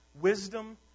Wisdom